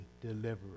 deliverer